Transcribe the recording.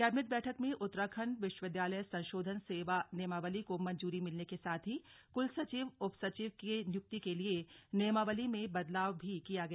cabinet बैठक में उत्तराखंड विश्वविद्यालय संशोधन सेवा नियमावली को मंजूरी मिलने के साथ ही कुल सचिव उप सचिव के नियुक्ति के लिए नियमावली में बदलाव भी किया गया